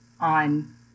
on